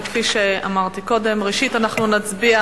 כפי שאמרתי קודם, ראשית אנחנו נצביע